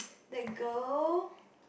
that girl~